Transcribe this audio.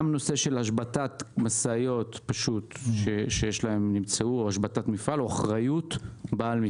גם השבתת משאיות או השבתת מפעל או אחריות בעל מפעל.